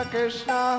Krishna